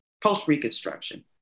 post-Reconstruction